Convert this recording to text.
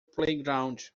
playground